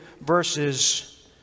verses